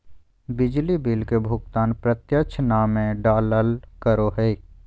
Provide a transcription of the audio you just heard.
बिजली बिल के भुगतान प्रत्यक्ष नामे डालाल करो हिय